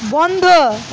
বন্ধ